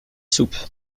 soupe